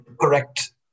correct